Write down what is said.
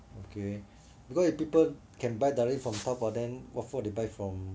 okay because if people can buy direct from Taobao then what for they buy from